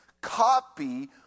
copy